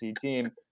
team